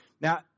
Now